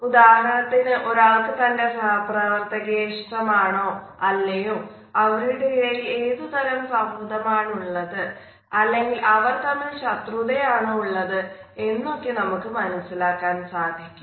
ഉദാഹരണത്തിന് ഒരാൾക്ക് തൻറെ സഹപ്രവർത്തകയെ ഇഷ്ടം ആണോ അല്ലയോ അവരുടെ ഇടയിൽ ഏതു തരം സൌഹൃദമാണുള്ളത് അല്ലെങ്കിൽ അവർ തമ്മിൽ ശത്രുതയാണോ ഉള്ളത് എന്നൊക്കെ നമുക്ക് മനസ്സിലാക്കാൻ സാധിക്കും